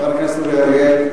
חבר הכנסת אריאל,